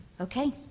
Okay